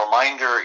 reminder